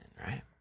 right